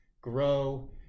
grow